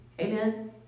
Amen